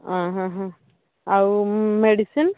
ଅଁ ହଁ ହଁ ଆଉ ମେଡ଼ିସିନ୍